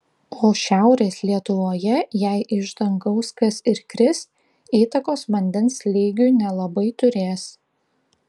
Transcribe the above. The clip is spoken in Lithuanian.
o šiaurės lietuvoje jei iš dangaus kas ir kris įtakos vandens lygiui nelabai turės